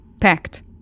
pact